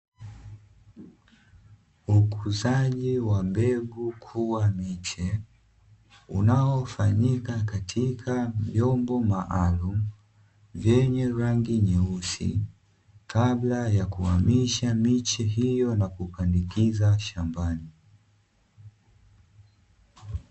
Ukuzaji wa mbegu kuwa miche unaofanyika katika vyombo maalumu vyenye rangi nyeusi, kabla ya kuhamisha miche hiyo na kupandikiza shambani.